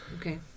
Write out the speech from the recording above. Okay